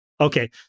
okay